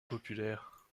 populaire